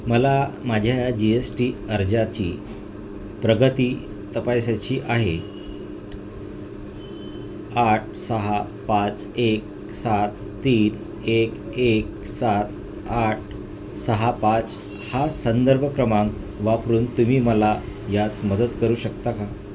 मला माझ्या G S T अर्जाची प्रगती तपासायची आहे आठ सहा पाच एक सात तीन एक एक सात आठ सहा पाच हा संदर्भ क्रमांक वापरून तुम्ही मला यात मदत करू शकता का